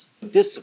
discipline